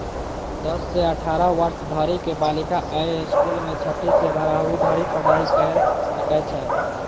दस सं अठारह वर्ष धरि के बालिका अय स्कूल मे छठी सं बारहवीं धरि पढ़ाइ कैर सकै छै